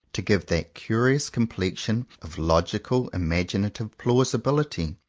to give that curious complexion of logical-imaginative plausi bility,